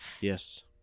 Yes